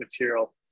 material